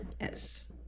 Yes